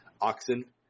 oxen